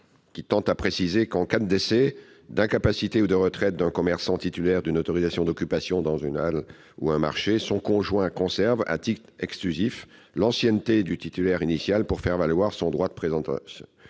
sens tend à préciser que, en cas de décès, d'incapacité ou de retraite d'un commerçant titulaire d'une autorisation d'occupation dans une halle ou un marché, son conjoint conserve, à titre exclusif, l'ancienneté du titulaire initial pour faire valoir son droit de présentation